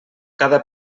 cada